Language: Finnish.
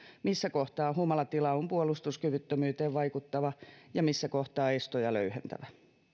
missä kohtaa humalatila on puolustuskyvyttömyyteen vaikuttava ja missä kohtaa estoja löyhentävä